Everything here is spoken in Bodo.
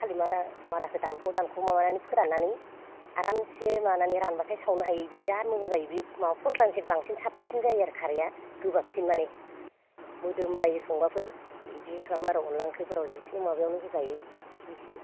खारै मादाखो दानख' दानख' माबानानै फोराननानै आरामसे माबानानै रानब्लाथाय सावनो हायो बि बिराद मोजां जायो बे माबा फस्लानिसाय साबसिन जायोआरो खारैआ गोबाबसिन माने मोदोमलायो संबाफोर इदि खालामोआरो अनद्ला ओंख्रिफोराव जिखुनु माबायाव होजायो इसि इसि